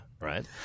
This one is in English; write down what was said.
right